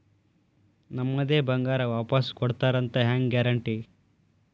ನಮ್ಮದೇ ಬಂಗಾರ ವಾಪಸ್ ಕೊಡ್ತಾರಂತ ಹೆಂಗ್ ಗ್ಯಾರಂಟಿ?